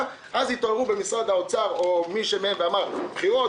אז התעוררו במשרד האוצר ואמרו: בחירות,